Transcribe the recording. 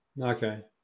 Okay